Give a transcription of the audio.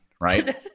right